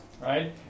right